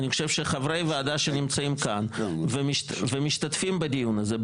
אני חושב שחברי ועדה שנמצאים כאן ומשתתפים בדיון הזה,